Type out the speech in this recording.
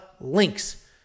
links